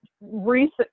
recent